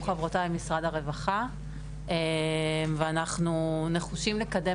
חברותיי ממשרד הרווחה ואנחנו נחושים לקדם